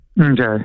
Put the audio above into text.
Okay